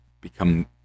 become